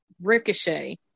Ricochet